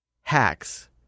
Hacks